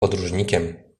podróżnikiem